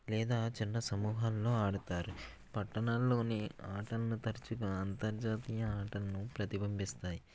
లేదా చిన్న సమూహలను ఆడతారు పట్టణాల్లోని ఆటలను తరచుగా అంతర్జాతీయ ఆటలను ప్రతిబింబిస్తాయి